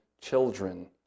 children